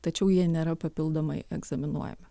tačiau jie nėra papildomai egzaminuojami